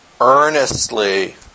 Earnestly